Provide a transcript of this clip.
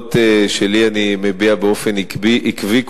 העמדות שלי אני מביע באופן עקבי,